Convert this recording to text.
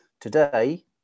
Today